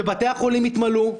שבתי החולים יתמלאו,